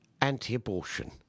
anti-abortion